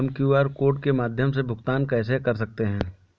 हम QR code के माध्यम से भुगतान कैसे कर सकते हैं?